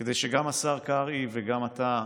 כדי שגם השר קרעי וגם אתה,